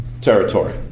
territory